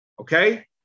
Okay